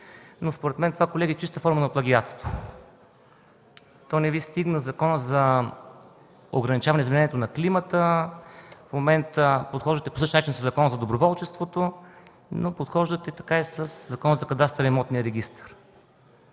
според мен това е чиста форма на плагиатство. Не Ви стигна Законът за ограничаване на изменението на климата, в момента подхождате по същия начин към Закона за доброволчеството, а подхождате така и със Закона за кадастъра и имотния регистър